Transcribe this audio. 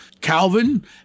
Calvin